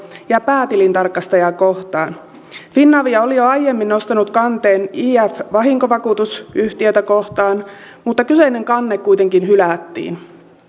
ja päätilintarkastajaa kohtaan finavia oli jo aiemmin nostanut kanteen if vahinkovakuutusyhtiötä kohtaan mutta kyseinen kanne kuitenkin hylättiin